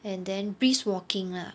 and then brisk walking lah